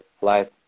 life